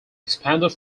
expanded